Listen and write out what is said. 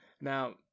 Now